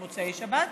במוצאי שבת,